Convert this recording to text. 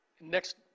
Next